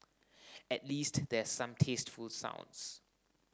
at least there's some tasteful sounds